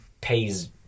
pays